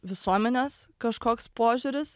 visuomenės kažkoks požiūris